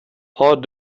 har